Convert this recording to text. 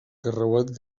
carreuat